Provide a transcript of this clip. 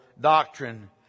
doctrine